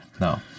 No